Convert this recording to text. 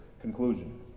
conclusion